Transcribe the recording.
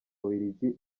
bubiligi